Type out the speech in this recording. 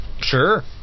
Sure